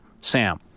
Sam